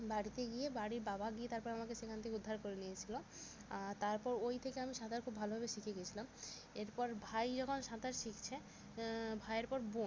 বাড়িতে গিয়ে বাড়ির বাবা গিয়ে তারপর আমাকে সেখান থেকে উদ্ধার করে নিয়ে এসেছিলো তারপর ওই থেকে আমি সাঁতার খুব ভালোভাবে শিখে গিয়েছিলাম এরপর ভাই যখন সাঁতার শিখছে ভাইয়ের পর বোন